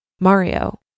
Mario